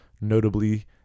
Notably